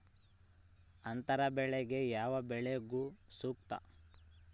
ಅಂತರ ಬೆಳೆಗೆ ಯಾವ ಬೆಳೆಗಳು ಸೂಕ್ತ?